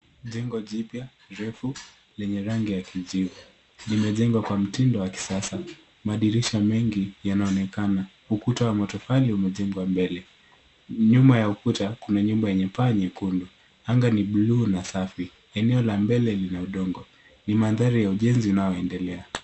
Jengo jipya refu lenye rangi ya kijivu. Limejengwa kwa mtindo wa kisasa. Madirisha mengi yanaonekana. Ukuta wa matofali umejengwa mbele. Nyuma ya ukuta kuna nyumba yenye paa nyekundu. Anga ni blue na safi. Eneo la mbele lina udongo. Ni mandhari ya ujenzi unaoendelea.